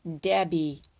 Debbie